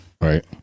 right